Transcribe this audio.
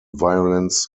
violence